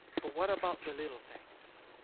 but what about the little things?